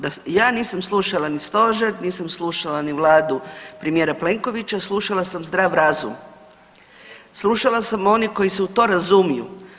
Da ja nisam slušala ni stožer, nisam slušala ni vladu premijera Plenkovića, slušala sam zdrav razum, slušala sam one koji se u to razumiju.